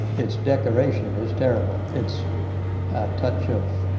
its decoration is terrible. it's a touch of